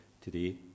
today